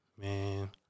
Man